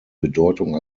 bedeutung